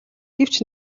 гэвч